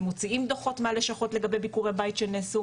מוציאים דו"חות מהלשכות לגבי ביקורי בית שנעשו